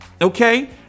okay